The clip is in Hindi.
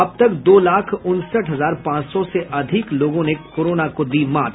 अब तक दो लाख उनसठ हजार पांच सौ से अधिक लोगों ने दी कोरोना को मात